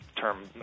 term